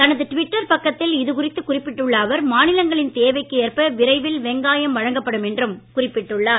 தனது ட்விட்டர் பக்கத்தில் இது குறித்து குறிப்பிட்டுள்ள அவர் மாநிலங்களின் தேவைக்கேற்ப விரைவில் வெங்காயம் வழங்கப்படும் என்றும் அமைச்சர் குறிப்பிட்டுள்ளார்